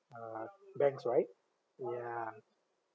uh banks right yeah